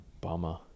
bummer